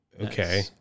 Okay